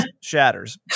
shatters